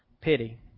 pity